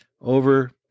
over